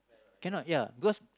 cannot ya because